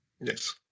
Yes